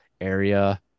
area